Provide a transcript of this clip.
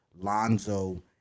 Lonzo